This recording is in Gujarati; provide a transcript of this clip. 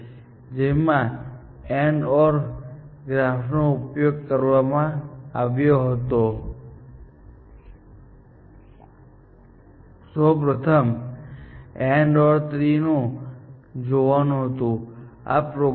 ઉદાહરણ તરીકે તમે જાણો છો કે XDX નું ઈન્ટીગ્રલ એવી વસ્તુ છે કે તમે ફક્ત સોલ્યુશન અથવા XDX પસંદ કરી શકો છો અને તમે ફક્ત ઉકેલ અથવા કેટલીક સમાન વસ્તુઓ પસંદ કરી શકો છો પરંતુ જો તમે ઘર બનાવવા જેવી સમસ્યાને જુઓ છો અને જો તમે 4 દિવાલો બનાવવાના હો તો તમામ 4 દિવાલો જ્યારે તમે બાંધો છો ત્યારે તેમની સંકળાયેલો ખર્ચ થશે અને પછી તમારે તે ઘર બનાવવાના ખર્ચમાં તે તમામ ખર્ચ એકત્રિત કરવો પડશે